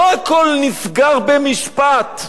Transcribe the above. לא הכול נסגר במשפט.